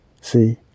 See